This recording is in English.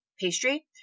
pastry